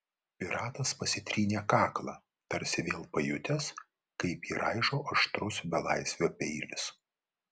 piratas pasitrynė kaklą tarsi vėl pajutęs kaip jį raižo aštrus belaisvio peilis